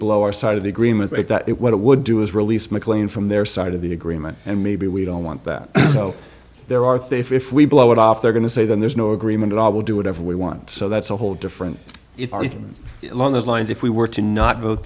our side of the agreement right that it what it would do is release mclean from their side of the agreement and maybe we don't want that so there are three if we blow it off they're going to say then there's no agreement at all will do whatever we want so that's a whole different thing along those lines if we were to not vote